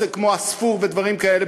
כמו "עספור" ודברים כאלה,